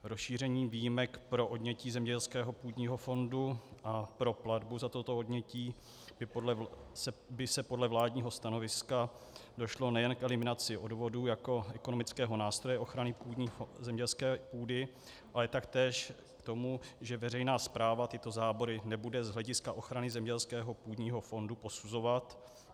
Rozšířením výjimek pro odnětí zemědělského půdního fondu a pro platbu za toto odnětí by podle vládního stanoviska došlo nejen k eliminací odvodů jako ekonomického nástroje ochrany zemědělské půdy, ale taktéž k tomu, že veřejná správa tyto zábory nebude z hlediska ochrany zemědělského půdního fondu posuzovat.